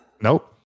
Nope